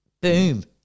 Boom